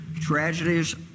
Tragedies